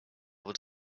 able